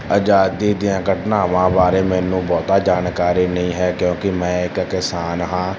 ਆਜ਼ਾਦੀ ਦੀਆਂ ਘਟਨਾਵਾਂ ਬਾਰੇ ਮੈਨੂੰ ਬਹੁਤਾ ਜਾਣਕਾਰੀ ਨਹੀਂ ਹੈ ਕਿਉਂਕਿ ਮੈਂ ਇੱਕ ਕਿਸਾਨ ਹਾਂ